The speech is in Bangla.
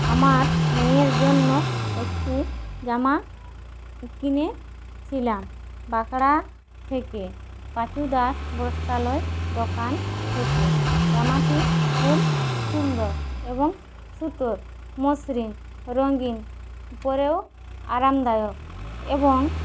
আমার মেয়ের জন্য একটি জামা কিনেছিলাম বাঁকরা থেকে পাঁচুদাস বস্ত্রালয় দোকান থেকে জামাটি খুব সুন্দর এবং সুতোর মসৃণ রঙিন পরেও আরামদায়ক এবং